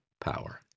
power